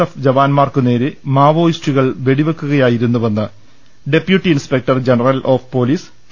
F ജവാ ന്മാർക്കുനേരെ മാവോയിസ്റ്റുകൾ വെടിവെക്കുകയായിരുന്നുവെന്ന് deputy inspector general of police P